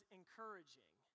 encouraging